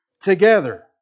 together